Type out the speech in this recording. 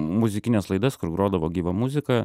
muzikines laidas kur grodavo gyva muzika